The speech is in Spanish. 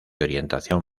orientación